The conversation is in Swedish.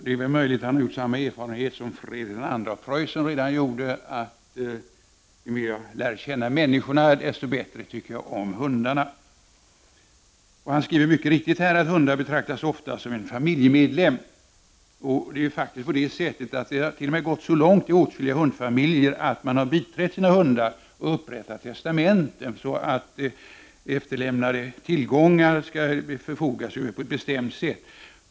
Det är möjligt att han har gjort samma erfarenhet som redan Fredrik II av Preussen gjorde, nämligen: Ju mer jag lär känna människorna, desto bättre tycker jag om hundarna. Sten Andersson skriver mycket riktigt att hundar ofta betraktas som en familjemedlem. Det har i åtskilliga ”hundfamiljer” t.o.m. gått så långt att man har biträtt sina hundar med att upprätta testamenten, för att efterlämnade tillgångar skall förfogas över på ett bestämt sätt.